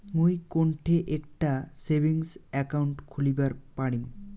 মুই কোনঠে একটা সেভিংস অ্যাকাউন্ট খুলিবার পারিম?